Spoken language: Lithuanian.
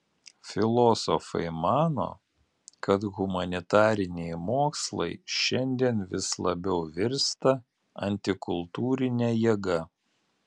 filosofai mano kad humanitariniai mokslai šiandien vis labiau virsta antikultūrine jėga